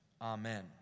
amen